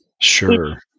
Sure